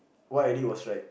what I did was right